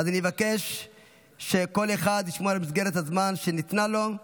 אני מבקש שכל אחד ישמור על מסגרת הזמן שניתנה לנו.